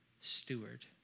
steward